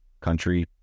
country